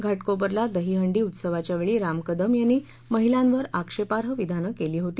घाटकोपरला दहीहंडी उत्सवाच्या वेळी राम कदम यांनी महिलांवर आक्षपार्ह विधानं केली होती